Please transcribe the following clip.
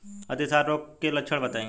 अतिसार रोग के लक्षण बताई?